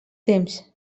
temps